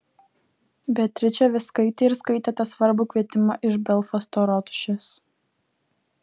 beatričė vis skaitė ir skaitė tą svarbų kvietimą iš belfasto rotušės